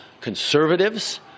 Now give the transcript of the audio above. Conservatives